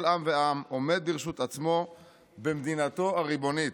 עם ועם עומד ברשות עצמו במדינתו הריבונית.